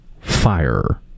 FIRE